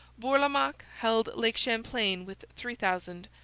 bourlamaque held lake champlain with three thousand.